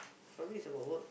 probably is about work